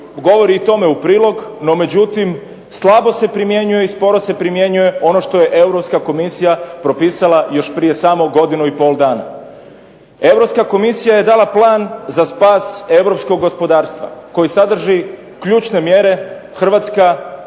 govori i tome u prilog no međutim slabo se primjenjuje i sporo se primjenjuje ono što je Europska komisija propisala još prije samo godinu i pol dana. Europska komisija je dala plan za spas europskog gospodarstva koji sadrži ključne mjere. Hrvatska